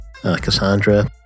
Cassandra